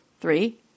Three